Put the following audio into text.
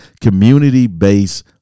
community-based